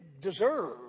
deserve